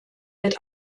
wird